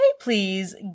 please